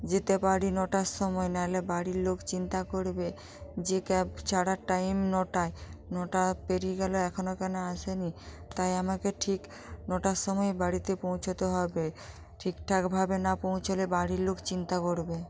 যেতে পারি নটার সময় নাইলে বাড়ির লোক চিন্তা করবে যে ক্যাব ছাড়ার টাইম নটায় নটা পেরিয়ে গেলো এখনো কেনো আস নি তাই আমাকে ঠিক নটার সময় বাড়িতে পৌঁছাতে হবে ঠিকঠাকভাবে না পৌঁছোলে বাড়ির লোক চিন্তা করবে